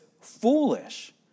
foolish